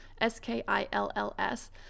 S-K-I-L-L-S